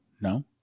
No